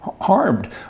harmed